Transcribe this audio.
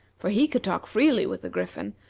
for he could talk freely with the griffin,